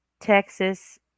Texas